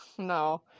No